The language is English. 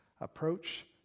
approach